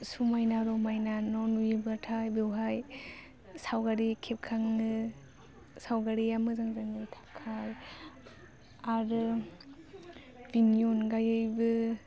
समायना रमायना न' नुयोबाथाय बेवहाय सावगारि खेबखाङो सावगारिया मोजां जानो थाखाय आरो बिनि अनगायैबो